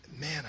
man